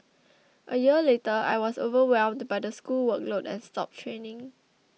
a year later I was overwhelmed by the school workload and stopped training